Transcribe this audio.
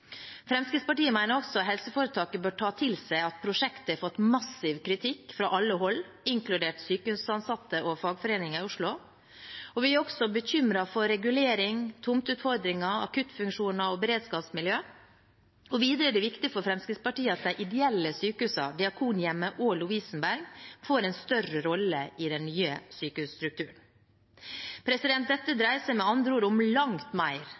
Fremskrittspartiet mener også helseforetaket bør ta til seg at prosjektet har fått massiv kritikk fra alle hold, inkludert sykehusansatte og fagforeninger i Oslo, og vi er også bekymret for regulering, tomteutfordringer, akuttfunksjoner og beredskapsmiljø. Videre er det viktig for Fremskrittspartiet at de ideelle sykehusene Diakonhjemmet og Lovisenberg får en større rolle i den nye sykehusstrukturen. Dette dreier seg med andre ord om langt mer